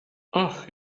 ach